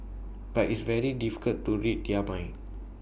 but it's very difficult to read their minds